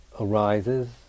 arises